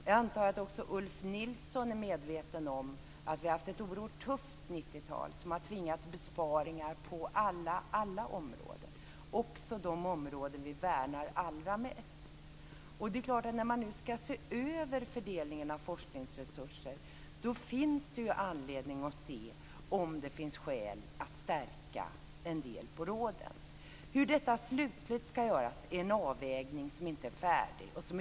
Jag antar att också Ulf Nilsson är medveten om att vi har haft ett oerhört tufft 90-tal som har tvingat fram besparingar på alla områden, även på de områden som vi värnar allra mest. När man nu ska se över fördelningen av forskningsresurserna finns det anledning att se om det finns skäl att stärka resurserna till råden. Hur detta slutligt ska göras är en avvägning som inte är färdig.